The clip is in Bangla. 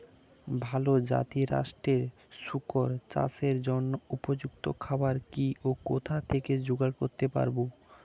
ভালো জাতিরাষ্ট্রের শুকর চাষের জন্য উপযুক্ত খাবার কি ও কোথা থেকে জোগাড় করতে পারব?